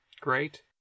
great